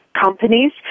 companies